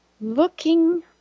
Looking